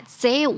say